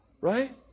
Right